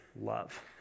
love